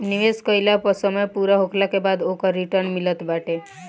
निवेश कईला पअ समय पूरा होखला के बाद ओकर रिटर्न मिलत बाटे